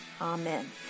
Amen